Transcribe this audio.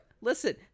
listen